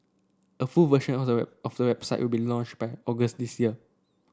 a full version of the website will be launched by August this year